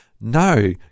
No